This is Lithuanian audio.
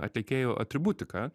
atlikėjų atributiką